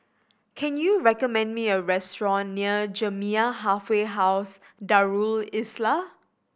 can you recommend me a restaurant near Jamiyah Halfway House Darul Islah